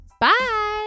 Bye